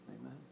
Amen